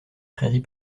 prairies